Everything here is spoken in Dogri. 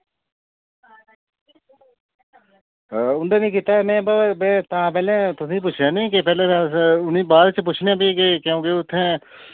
हां उंदे नि कीत्ता ऐ में पर तां पैह्लें तुसें पुच्छेआ नि के पैह्ले अस उ'नें बाद च पुच्छनेआं फ्ही के क्यूंकि उत्थै